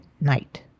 night